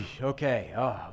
Okay